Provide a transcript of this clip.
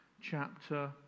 chapter